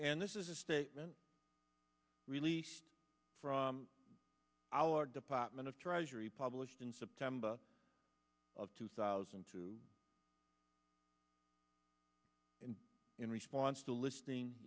and this is a statement released from our department of treasury published in september of two thousand and two and in response to listing